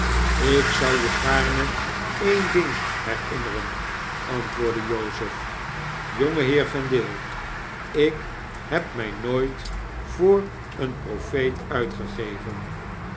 ik zou u gaarne een ding herinneren antwoordde jozef jongeheer vendale ik heb my nooit voor een profeet uitgegeven